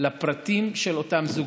לפרטים של אותם זוגות,